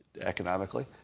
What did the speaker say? economically